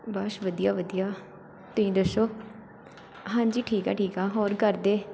ਬਸ ਵਧੀਆ ਵਧੀਆ ਤੁਸੀਂ ਦੱਸੋ ਹਾਂਜੀ ਠੀਕ ਆ ਠੀਕ ਆ ਹੋਰ ਘਰਦੇ